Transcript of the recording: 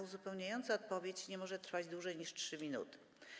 Uzupełniająca odpowiedź nie może trwać dłużej niż 3 minuty.